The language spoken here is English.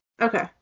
Okay